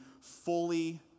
fully